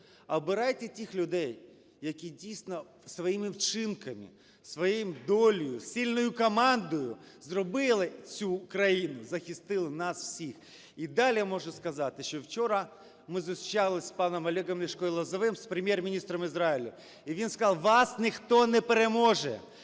обирайте тих людей, які дійсно своїми вчинками, своєю долею, сильною командою зробили цю України, захистили нас всіх. І далі можу сказати, що вчора ми зустрічались з паном Олегом Ляшко і Лозовим з Прем'єр-міністром Ізраїлю і він сказав: "Вас ніхто не переможе,